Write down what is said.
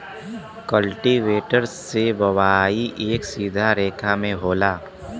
cultivator से बोवाई एक सीधा रेखा में होला